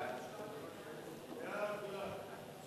ההצעה להעביר את הצעת חוק